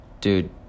dude